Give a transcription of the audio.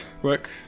quick